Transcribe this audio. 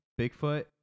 Bigfoot